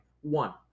one